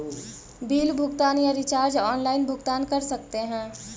Bill भुगतान या recharge online भुगतान कर सकते हैं?